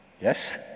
yes